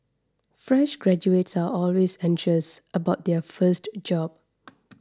fresh graduates are always anxious about their first job